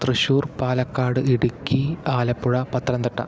Thrissur Palakkad Idukki Alappuzha Pathanamthitta